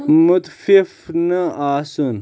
مُتفِف نہٕ آسُن